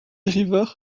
river